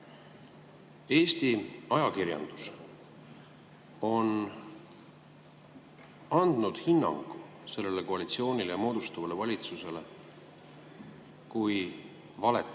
Eesti ajakirjandus on andnud hinnangu sellele koalitsioonile ja moodustuvale valitsusele kui valetajate